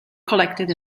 collected